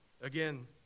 Again